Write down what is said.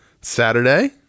Saturday